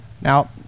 Now